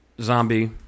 zombie